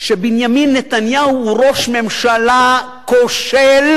שבנימין נתניהו הוא ראש ממשלה כושל,